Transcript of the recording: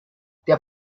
der